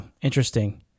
Interesting